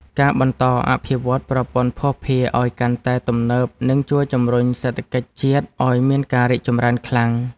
ការបន្តអភិវឌ្ឍន៍ប្រព័ន្ធភស្តុភារឱ្យកាន់តែទំនើបនឹងជួយជំរុញសេដ្ឋកិច្ចជាតិឱ្យមានការរីកចម្រើនខ្លាំង។